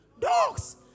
Dogs